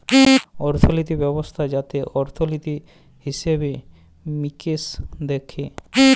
অর্থলিতি ব্যবস্থা যাতে অর্থলিতি, হিসেবে মিকেশ দ্যাখে